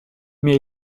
mais